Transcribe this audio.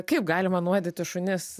kaip galima nunuodyti šunis